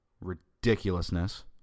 ridiculousness